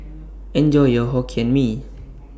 Enjoy your Hokkien Mee